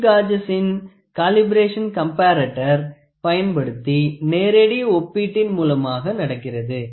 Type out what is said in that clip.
slip காஜசின் calibration comparator பயன்படுத்தி நேரடி ஒப்பீட்டின் மூலமாக நடக்கிறது